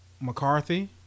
McCarthy